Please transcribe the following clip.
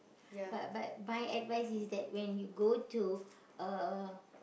but but my advice is that when you go to a